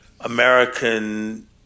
american